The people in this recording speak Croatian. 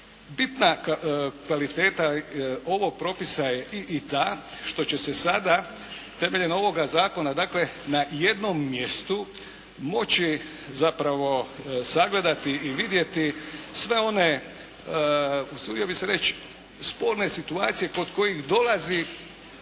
Bitna kvaliteta ovog propisa je i ta što će se sada temeljem ovoga zakona, dakle na jednom mjestu moći zapravo sagledati i vidjeti sve one, usudio bih se reći sporne situacije do kojih dolazi